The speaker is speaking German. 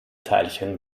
teilchen